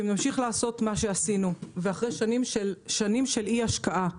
אם נמשיך לעשות מה שעשינו ואחרי שנים של אי השקעה,